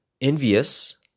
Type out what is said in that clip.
envious